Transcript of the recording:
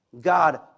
God